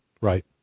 Right